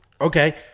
Okay